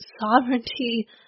sovereignty